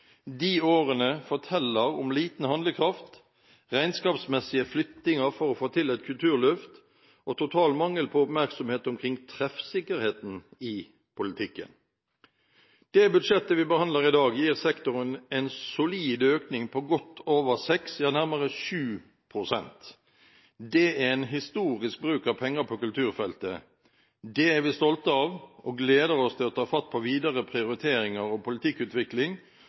De årene forteller om liten handlekraft, regnskapsmessige flyttinger for å få til et kulturløft og total mangel på oppmerksomhet omkring treffsikkerheten i politikken. Det budsjettet vi behandler i dag, gir sektoren en solid økning på godt over 6 pst. – ja, nærmere 7 pst. Det er en historisk bruk av penger på kulturfeltet. Det er vi stolte av, og vi gleder oss til å ta fatt på videre prioriteringer og politikkutvikling